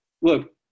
look